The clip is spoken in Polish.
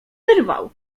wyrwał